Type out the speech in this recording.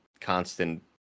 constant